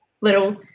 little